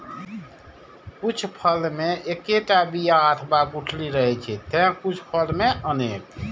कुछ फल मे एक्केटा बिया अथवा गुठली रहै छै, ते कुछ फल मे अनेक